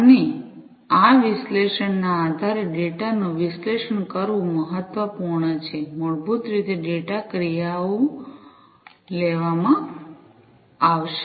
અને આ વિશ્લેષણના આધારે ડેટા નું વિશ્લેષણ કરવું પણ મહત્વપૂર્ણ છે મૂળભૂત રીતે ડેટા ક્રિયાઓ લેવામાં આવશે